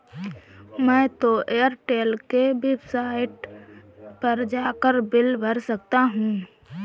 मैं तो एयरटेल के वेबसाइट पर जाकर बिल भर देता हूं